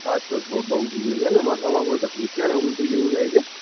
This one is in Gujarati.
હાથ પગ બ બહુ દુઃખે છે હેં ને અને માથામાં પણ તકલીફ છે અને ઉલટી જેવું થાય છે